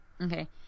Okay